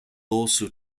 also